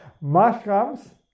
Mushrooms